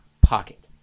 pocket